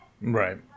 Right